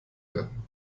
werden